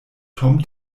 tom